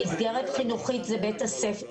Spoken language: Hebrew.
מסגרת חינוכית זה בית הספר.